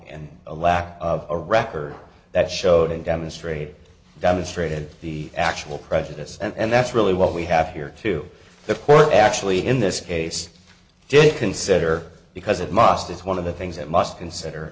and a lack of a record that showed and demonstrated demonstrated the actual prejudice and that's really what we have here too the court actually in this case did consider because it must it's one of the things that must consider